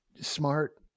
smart